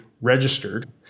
registered